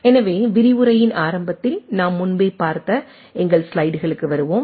எனவே விரிவுரையின் ஆரம்பத்தில் நாம் முன்பே பார்த்த எங்கள் ஸ்லைடுகளுக்கு வருவோம்